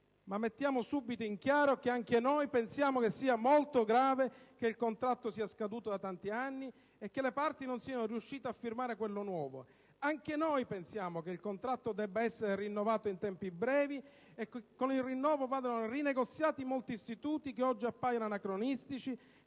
Mettiamo subito in chiaro che anche noi pensiamo che sia molto grave che il contratto sia scaduto da tanti anni e che le parti non siano riuscite a firmare quello nuovo. Anche noi pensiamo che il contratto debba essere rinnovato in tempi brevi e che con il rinnovo vadano rinegoziati molti istituti che oggi appaiono anacronistici,